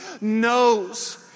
knows